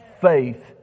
Faith